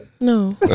No